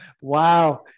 Wow